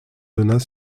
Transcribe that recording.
donat